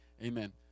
Amen